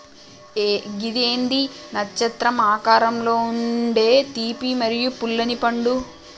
గిది ఏంది నచ్చత్రం ఆకారంలో ఉండే తీపి మరియు పుల్లనిపండు